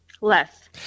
Less